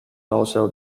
also